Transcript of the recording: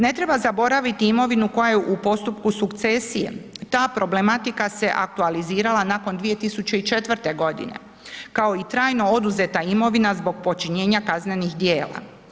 Ne treba zaboraviti imovinu koja je u postupku sukcesije, ta problematika se aktualizirala nakon 2004.g., kao i trajno oduzeta imovina zbog počinjenja kaznenih djela.